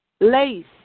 Lace